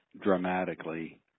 dramatically